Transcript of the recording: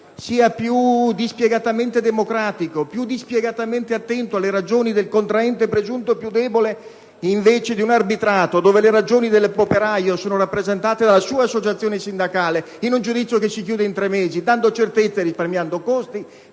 sia più dispiegatamente democratico e attento alle ragioni del contraente presunto più debole, rispetto ad un arbitrato in cui, invece, le ragioni dell'operaio sono rappresentate dalla sua associazione sindacale, in un giudizio che si chiude in tre mesi, dando certezze e risparmiando costi?